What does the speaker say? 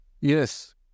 Yes